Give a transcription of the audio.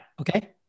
okay